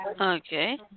Okay